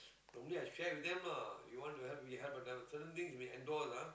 normally I share with them lah you want to help me help them certain thing we handle lah